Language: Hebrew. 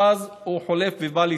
ואז הוא בא לטפל.